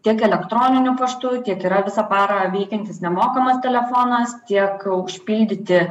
tiek elektroniniu paštu tiek yra visą parą veikiantis nemokamas telefonas tiek aug užpildyti